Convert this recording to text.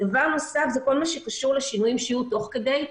דבר נוסף, בכל מה שקשור לשינויים שיהיו תוך כדי.